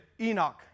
Enoch